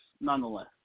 nonetheless